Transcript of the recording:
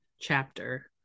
chapter